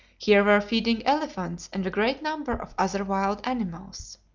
here were feeding elephants and a great number of other wild animals.